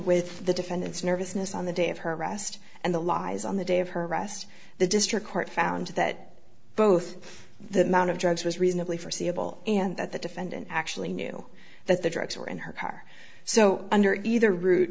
with the defendant's nervousness on the day of her arrest and the lies on the day of her arrest the district court found that both the mound of drugs was reasonably forseeable and that the defendant actually knew that the drugs were in her car so under either route